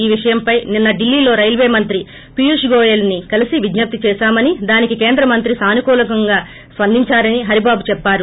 ఈ విషయంపై నిన్న ఢిల్లీలో రైల్వే మంత్రి పీయూష్ గోయల్ ని కలిసి విజ్జప్తి చేశామని దానికి కేంద్రమంత్రి సానుకూలంగా స్పందించారని హరిబాబు చెప్పారు